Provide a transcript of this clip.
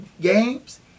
games